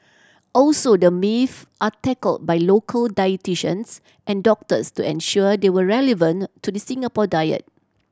also the myths are tackled by local dietitians and doctors to ensure they are relevant to the Singapore diet